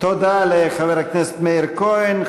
תודה לחבר הכנסת מאיר כהן.